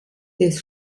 des